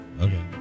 Okay